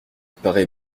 parait